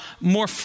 more